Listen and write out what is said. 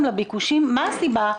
מה הסיבה?